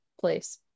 place